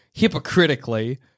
hypocritically